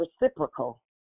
reciprocal